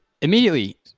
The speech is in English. immediately